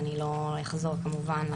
לא אחזור כמובן.